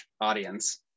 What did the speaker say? audience